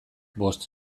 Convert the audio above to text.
bost